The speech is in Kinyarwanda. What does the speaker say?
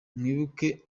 mwibuke